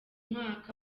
mwaka